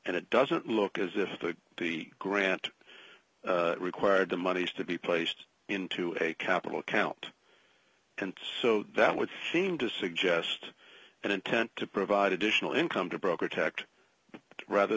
and it doesn't look as if the p d grant required the monies to be placed into a capital account and so that would seem to suggest an intent to provide additional income to broker tact rather